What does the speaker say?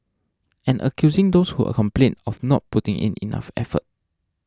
and accusing those who're complained of not putting in enough effort